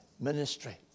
ministry